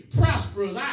prosperous